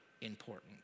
important